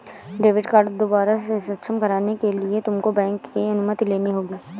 debit card दोबारा से सक्षम कराने के लिए तुमको बैंक की अनुमति लेनी होगी